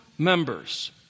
members